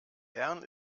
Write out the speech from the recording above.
bern